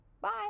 Bye